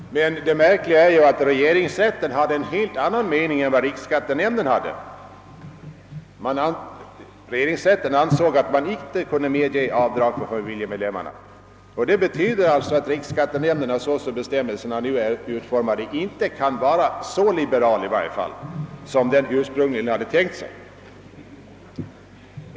Det märkliga är emellertid att regeringsrätten hade en helt annan mening än riksskattenämnden. Regeringsrätten ansåg att man inte kunde medge avdrag för familjemedlemmarna. Det betyder att riksskattenämnden såsom bestämmelserna nu är utformade inte kan vara så liberal som den ursprungligen hade tänkt sig.